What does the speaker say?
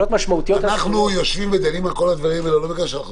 אנחנו יושבים ודנים על כל הדברים האלה ולא בגלל שאנחנו